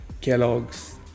kellogg's